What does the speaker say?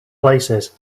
places